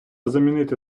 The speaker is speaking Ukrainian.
змінити